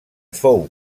fou